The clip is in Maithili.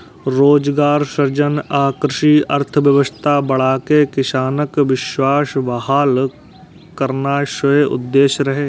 रोजगार सृजन आ कृषि अर्थव्यवस्था बढ़ाके किसानक विश्वास बहाल करनाय सेहो उद्देश्य रहै